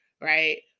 Right